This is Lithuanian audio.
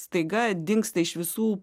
staiga dingsta iš visų